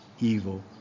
evil